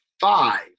five